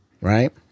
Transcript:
Right